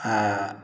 आ